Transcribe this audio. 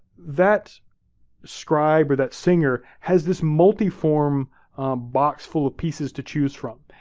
that scribe or that singer has this multiform box full of pieces to choose from.